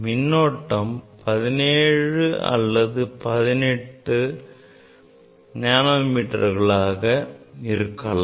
மின்னோட்டம் 17 அல்லது 18 நானோ மீட்டர்கள் இருக்கலாம்